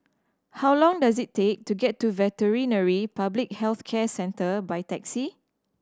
how long does it take to get to Veterinary Public Health Centre by taxi